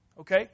Okay